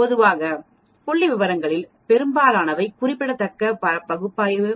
பொதுவாக புள்ளிவிவரங்களில் பெரும்பாலானவைகுறிப்பிடத்தக்க பகுப்பாய்வு